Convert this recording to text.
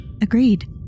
Agreed